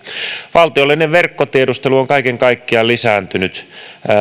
valtiollinen verkkotiedustelu on kaiken kaikkiaan lisääntynyt